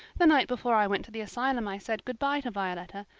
the night before i went to the asylum i said good-bye to violetta,